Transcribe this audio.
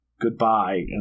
Goodbye